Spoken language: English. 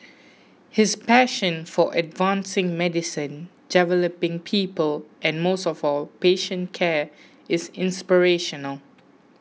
his passion for advancing medicine developing people and most of all patient care is inspirational